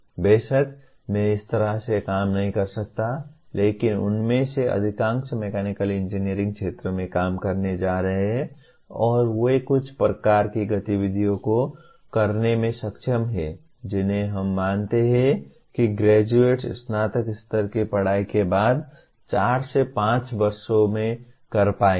बेशक मैं इस तरह से काम नहीं कर सकता लेकिन उनमें से अधिकांश मैकेनिकल इंजीनियरिंग क्षेत्र में काम करने जा रहे हैं और वे कुछ प्रकार की गतिविधियों को करने में सक्षम हैं जिन्हे हम मानते है कि ग्रेजुएट्स स्नातक स्तर की पढ़ाई के बाद चार से पांच वर्षों में कर पाएंगे